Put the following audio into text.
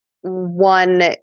one